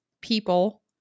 people